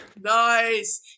Nice